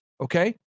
okay